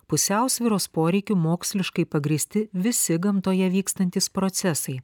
pusiausvyros poreikių moksliškai pagrįsti visi gamtoje vykstantys procesai